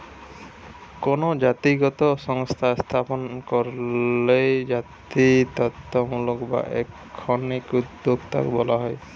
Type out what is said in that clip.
কোনো জাতিগত সংস্থা স্থাপন কইরলে জাতিত্বমূলক বা এথনিক উদ্যোক্তা বলা হয়